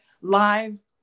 live